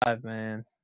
man